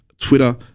Twitter